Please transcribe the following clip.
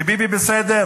כולם בסדר, שביבי בסדר.